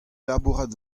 labourat